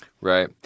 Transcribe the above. Right